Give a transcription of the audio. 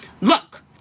Look